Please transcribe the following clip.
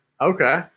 Okay